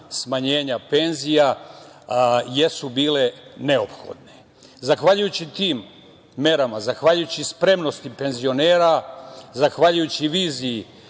smanjenja penzija jesu bile neophodne. Zahvaljujući tim merama, zahvaljujući spremnosti penzionera, zahvaljujući viziji